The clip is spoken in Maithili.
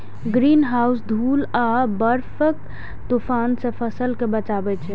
ग्रीनहाउस धूल आ बर्फक तूफान सं फसल कें बचबै छै